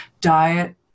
diet